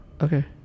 Okay